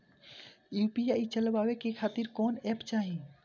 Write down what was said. UPI चलवाए के खातिर कौन एप चाहीं?